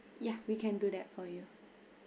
ya we can do that for you